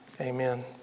amen